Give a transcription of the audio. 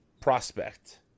prospect